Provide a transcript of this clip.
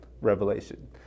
revelation